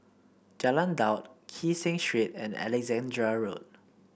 Jalan Daud Kee Seng Street and Alexandra Road